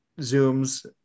Zooms